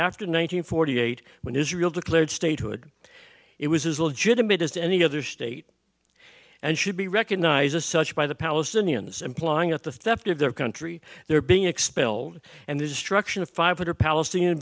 after nine hundred forty eight when israel declared statehood it was as legitimate as any other state and should be recognized as such by the palestinians implying at the theft of their country their being expelled and the destruction of five hundred palestinian